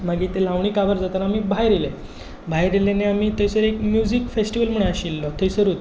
मागीर तें लावणी काबार जाताना आमी भायर येयले भायर येयले आनी आमी थंयसर एक म्युजिक फेस्टिवल म्हूण आशिल्लो थंयसरूच